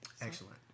Excellent